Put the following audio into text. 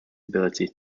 ability